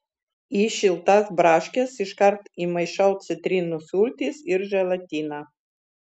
į šiltas braškes iškart įmaišau citrinų sultis ir želatiną